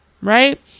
right